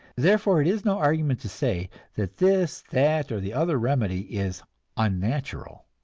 therefore, it is no argument to say that this, that, or the other remedy is unnatural.